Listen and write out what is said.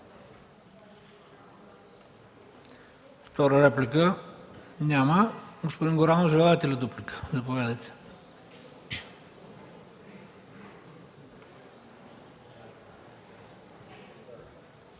Втора реплика? Няма. Господин Горанов, желаете ли дуплика? Заповядайте.